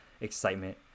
excitement